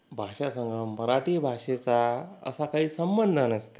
भाषासंगं मराठी भाषेचा असा काही संबंध नसते